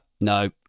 no